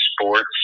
sports